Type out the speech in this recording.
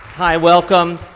hi welcome,